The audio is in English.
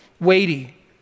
weighty